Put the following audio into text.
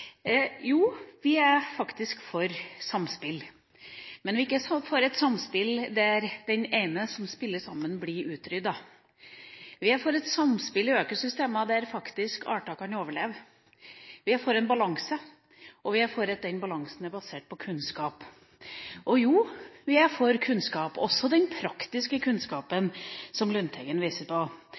ene som driver samspill, blir utryddet. Vi er for et samspill i økosystemene der arter kan overleve. Vi er for en balanse, og vi er for at den balansen er basert på kunnskap. Og jo, vi er for kunnskap, også den praktiske kunnskapen som Lundteigen viste til. Det er forskjell på